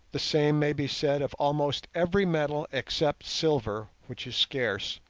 the same may be said of almost every metal except silver, which is scarce,